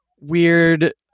weird